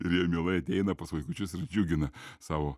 ir jie mielai ateina pas vaikučius ir džiugina savo